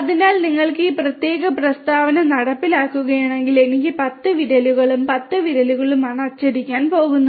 അതിനാൽ നിങ്ങൾക്ക് ഈ പ്രത്യേക പ്രസ്താവന നടപ്പിലാക്കുകയാണെങ്കിൽ എനിക്ക് 10 വിരലുകളും 10 വിരലുകളുമാണ് അച്ചടിക്കാൻ പോകുന്നത്